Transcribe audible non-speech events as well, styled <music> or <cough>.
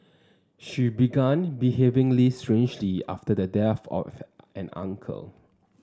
she began behaving <unintelligible> strangely after the death of an uncle